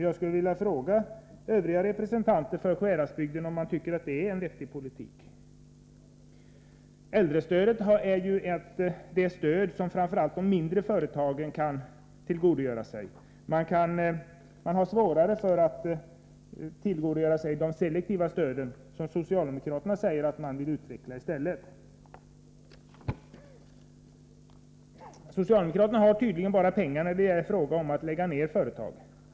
Jag vill fråga Övriga representanter för Sjuhäradsbygden om de tycker att det är en vettig politik. Äldrestödet är det stöd som framför allt de mindre företagen kan tillgodogöra sig. De har svårare att tillgodogöra sig de selektiva stöd som socialdemokraterna säger att de i stället vill utveckla. Socialdemokraterna har tydligen bara pengar när det är fråga om att lägga ned företag.